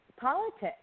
politics